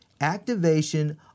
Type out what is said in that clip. activation